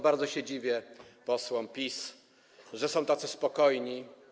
Bardzo się dziwię posłom PiS, że są tacy spokojni.